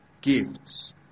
gifts